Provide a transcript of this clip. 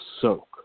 soak